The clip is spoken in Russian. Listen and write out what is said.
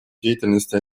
деятельности